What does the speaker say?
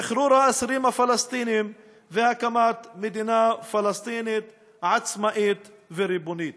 שחרור האסירים הפלסטינים והקמת מדינה פלסטינית עצמאית וריבונית.